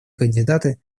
кандидаты